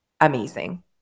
amazing